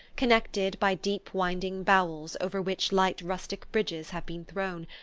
connected by deep winding bowels over which light rustic bridges have been thrown,